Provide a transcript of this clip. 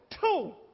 two